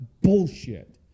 bullshit